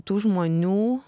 tų žmonių